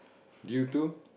due to